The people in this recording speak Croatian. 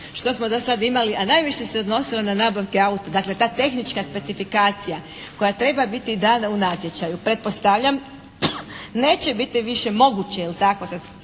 što smo do sada imali, a najviše se odnosilo na nabavke auta. Dakle ta tehnička specifikacija koja treba biti dana u natječaju pretpostavljam, neće biti više moguće jel' tako